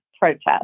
protest